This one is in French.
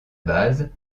base